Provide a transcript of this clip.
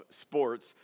sports